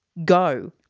Go